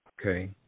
okay